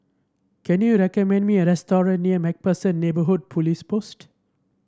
can you recommend me a restaurant near MacPherson Neighbourhood Police Post